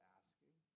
asking